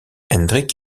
hendrik